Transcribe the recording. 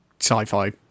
sci-fi